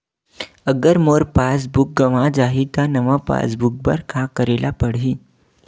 अगर मोर passbook गवां जाहि त नवा पास बुक बर का करे ल पड़हि?